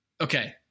Okay